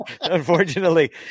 Unfortunately